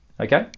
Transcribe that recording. okay